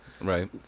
Right